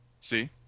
See